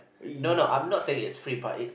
no no I'm not saying it's free but it